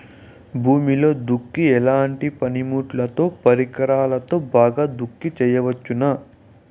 భూమిలో దుక్కి ఎట్లాంటి పనిముట్లుతో, పరికరాలతో బాగా దుక్కి చేయవచ్చున?